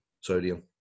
sodium